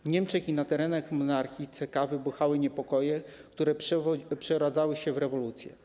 W Niemczech i na terenach monarchii c.k. wybuchały niepokoje, które przeradzały się w rewolucję.